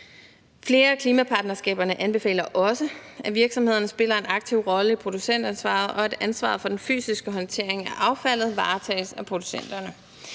Flere af klimapartnerskaberne anbefaler også, at virksomhederne spiller en aktiv rolle i producentansvaret, og at ansvaret for den fysiske håndtering af affaldet varetages af producenterne.